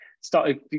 started